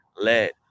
let